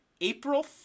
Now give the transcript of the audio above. April